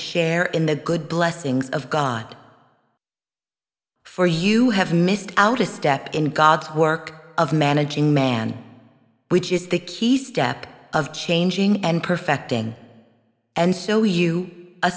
share in the good blessings of god for you have missed out a step in god's work of managing man which is the key step of changing and perfecting and so you